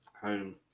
Home